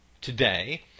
today